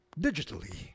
digitally